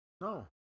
No